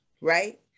right